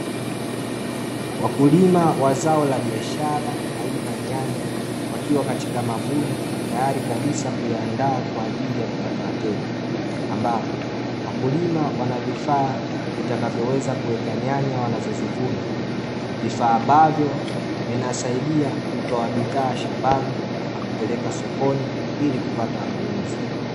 Wakulima wa zao la biashara aina ya nyanya wakiwa katika mavuno tayari kabisa kuyaandaa kwa ajili ya kupata wateja, ambapo wakulima wana vifaa vitakavyoweza kuweka nyanya wanazozivuna, vifaa ambavyo vinasaidia kutoa bidhaa shambani na kupeleka sokoni ili kupata wanunuzi.